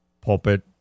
pulpit